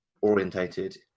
orientated